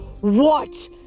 What